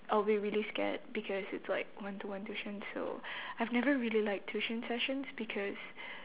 I'll be really scared because it's like one to one tuition so I've never really liked tuition sessions because